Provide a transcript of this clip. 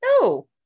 No